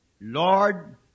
Lord